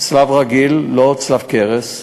צלב רגיל ולא צלב קרס,